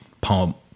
Pump